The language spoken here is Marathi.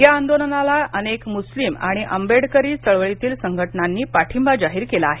या आंदोलनाला अनेक मुस्लिम आणि आंबेडकरी चळवळीतील संघटनांनीही पाठिंबा जाहीर केला आहे